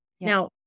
Now